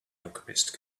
alchemist